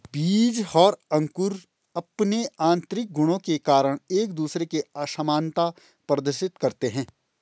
बीज और अंकुर अंपने आतंरिक गुणों के कारण एक दूसरे से असामनता प्रदर्शित करते हैं